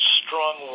strong